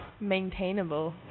maintainable